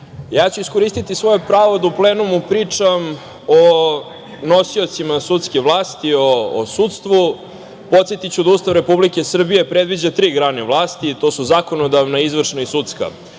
ja ću iskoristiti svoje pravo da u plenumu pričam o nosiocima sudske vlasti i o sudstvu. Podsetiću da Ustav Republike Srbije predviđa tri grane vlasti i to su zakonodavna izvršna i sudska.